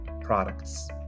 products